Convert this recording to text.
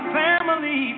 family